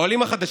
העולים החדשים,